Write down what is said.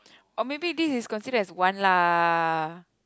oh maybe this is consider as one lah